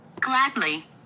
Gladly